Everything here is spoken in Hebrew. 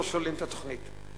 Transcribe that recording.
לא שוללים את התוכנית.